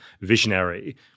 visionary